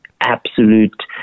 absolute